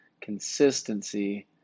consistency